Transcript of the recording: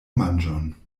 manĝon